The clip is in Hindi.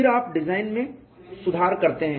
फिर आप डिजाइन में सुधार करते हैं